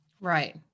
Right